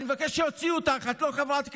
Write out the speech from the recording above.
אני אבקש שיוציאו אותך, את לא חברת כנסת.